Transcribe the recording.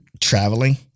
traveling